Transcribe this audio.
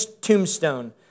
tombstone